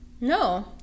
No